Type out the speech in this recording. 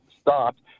stopped